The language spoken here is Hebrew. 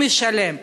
הוא משלם.